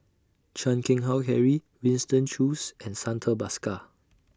Chan Keng Howe Harry Winston Choos and Santha Bhaskar